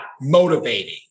motivating